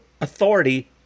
authority